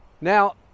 Now